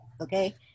okay